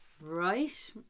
Right